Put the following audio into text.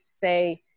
say